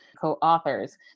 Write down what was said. co-authors